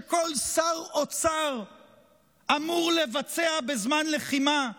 שכל שר אוצר אמור לבצע בזמן לחימה,